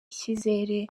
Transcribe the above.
icyizere